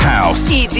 House